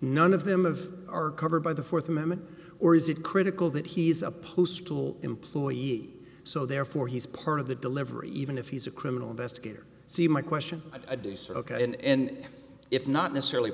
none of them of are covered by the fourth amendment or is it critical that he's a postal employee so therefore he's part of the delivery even if he's a criminal investigator see my question i do so ok and if not necessarily